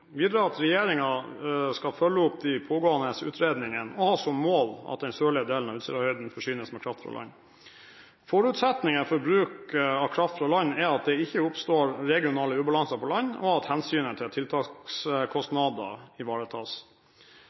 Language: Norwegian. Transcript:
videre at regjeringen skal følge opp de pågående utredningene og ha som mål at den sørlige delen av Utsirahøyden forsynes med kraft fra land. Forutsetningen for bruk av kraft fra land er at det ikke oppstår regionale ubalanser på land, og at hensynet til tiltakskostnader ivaretas.